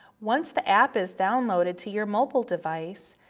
once the app is downloaded to your mobile device,